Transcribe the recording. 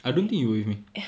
I don't think you were with me